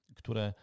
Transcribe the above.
które